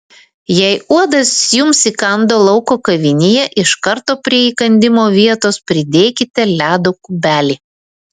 jei uodas jums įkando lauko kavinėje iš karto prie įkandimo vietos pridėkite ledo kubelį